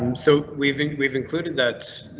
so we've we've included that.